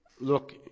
look